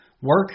Work